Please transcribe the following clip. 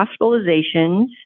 hospitalizations